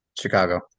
Chicago